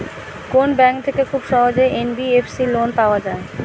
কোন ব্যাংক থেকে খুব সহজেই এন.বি.এফ.সি লোন পাওয়া যায়?